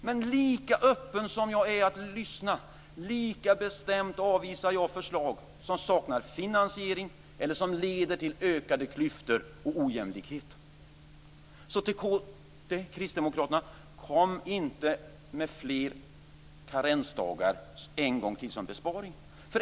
Och lika öppen som jag är för att lyssna, lika bestämt avvisar jag förslag som saknar finansiering eller som leder till ökade klyftor och ojämlikhet. Till Kristdemokraterna: Kom inte en gång till med fler karensdagar som besparing.